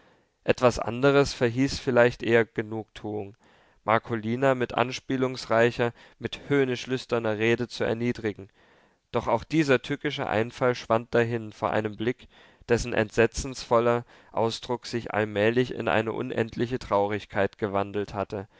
etwas andres verhieß vielleicht eher genugtuung marcolina mit anspielungsreicher mit höhnisch lüsterner rede zu erniedrigen doch auch dieser tückische einfall schwand dahin vor einem blick dessen entsetzensvoller ausdruck sich allmählich in eine unendliche traurigkeit gewandelt hatte